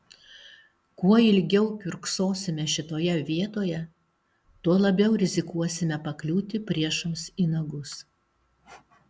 kuo ilgiau kiurksosime šitoje vietoje tuo labiau rizikuosime pakliūti priešams į nagus